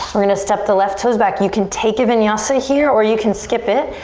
we're gonna step the left toes back. you can take a vinyasa here or you can skip it.